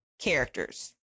characters